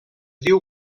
diu